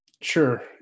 sure